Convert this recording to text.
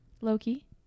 Loki